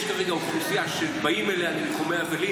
יש אוכלוסייה שבאים אליה לניחומי אבלים